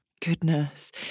Goodness